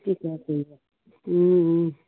ঠিক আছে